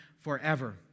forever